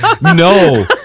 No